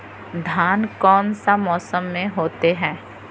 धान कौन सा मौसम में होते है?